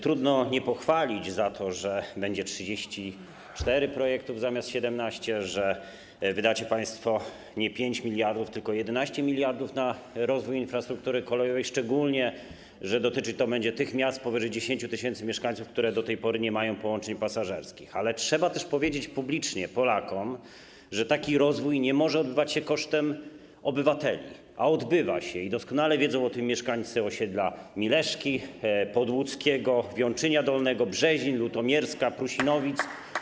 Trudno nie pochwalić za to, że będą 34 projekty zamiast 17, za to, że wydacie państwo nie 5 mld zł, ale 11 mld zł na rozwój infrastruktury kolejowej, szczególnie, że dotyczyć to będzie tych miast powyżej 10 tys. mieszkańców, które do tej pory nie mają połączeń pasażerskich, ale trzeba też publicznie powiedzieć Polakom, że taki rozwój nie może odbywać się kosztem obywateli, a się odbywa i doskonale wiedzą o tym mieszkańcy podłódzkiego osiedla Mileszki, Wiączynia Dolnego, Brzezin, Lutomierska, Prusinowic.